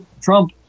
Trump